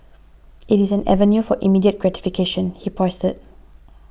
it is an avenue for immediate gratification he posited